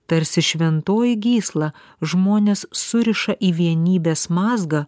tarsi šventoji gysla žmones suriša į vienybės mazgą